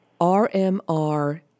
RMR